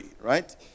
right